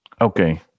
Okay